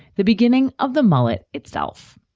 the beginning of the mullet itself.